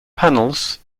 panels